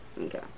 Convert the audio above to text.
Okay